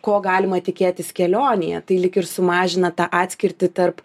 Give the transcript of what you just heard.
ko galima tikėtis kelionėje tai lyg ir sumažina tą atskirtį tarp